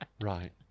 right